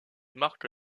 marque